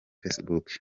facebook